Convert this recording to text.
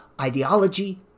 ideology